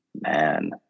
man